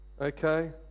okay